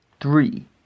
three